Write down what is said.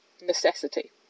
necessity